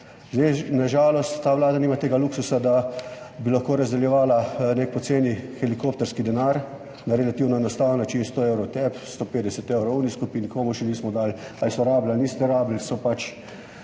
Na žalost ta vlada nima tega luksuza, da bi lahko razdeljevala nek poceni helikopterski denar na relativno enostaven način, 100 evrov tebi, 150 evrov, enim skupinam še nismo dali, ali so potrebovali, niso potrebovali, pač